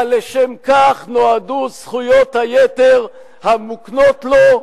הלשם כך נועדו זכויות היתר המוקנות לו?